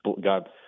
God